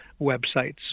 websites